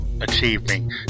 Achieving